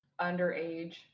underage